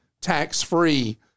tax-free